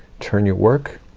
turn your work,